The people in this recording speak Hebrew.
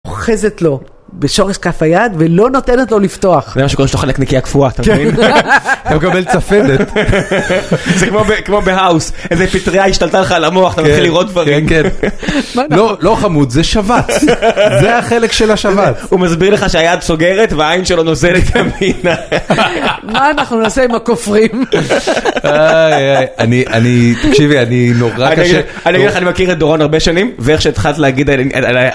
אוחזת לו בשורש כף היד ולא נותנת לו לפתוח. זה מה שקורה כשאתה אוכל נקניקיה קפואה, אתה מבין? אתה מקבל צפדת. זה כמו בהאוס, איזה פטריה השתלטה לך על המוח, אתה מתחיל לראות דברים. כן, כן. לא חמוד, זה שבץ. זה החלק של השבץ. הוא מסביר לך שהיד סוגרת והעין שלו נוזלת ממנה. מה אנחנו נעשה עם הכופרים? תקשיבי, אני נורא קשה. אני אגיד לך, אני מכיר את דורון הרבה שנים, ואיך שהתחלת להגיד...